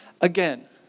again